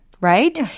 Right